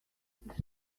but